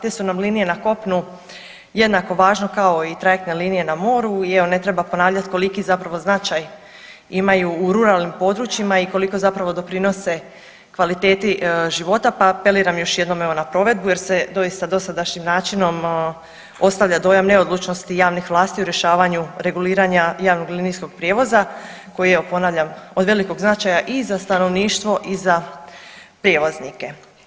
Te su nam linije na kopnu jednako važno kao i trajektne linije na moru i evo ne treba ponavljati koliki zapravo značaj imaju u ruralnim područjima i koliko zapravo doprinose kvaliteti života, pa apeliram još jednom evo na provedbu jer se doista dosadašnjim načinom ostavlja dojam neodlučnosti javnih vlasti u rješavanju reguliranja javnog linijskog prijevoza koji je evo ponavljam od velikog značaja i za stanovništvo i za prijevoznike.